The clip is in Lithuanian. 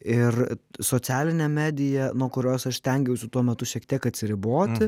ir socialinė medija nuo kurios aš stengiausi tuo metu šiek tiek atsiriboti